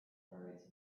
birds